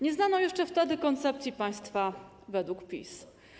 Nie znano jeszcze wtedy koncepcji państwa według PiS.